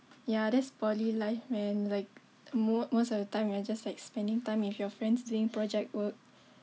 yeah that's poly life man like mo~ most of the time you are just like spending time with your friends doing project work